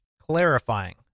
clarifying